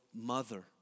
mother